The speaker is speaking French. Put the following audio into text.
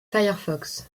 firefox